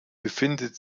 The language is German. befindet